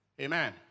Amen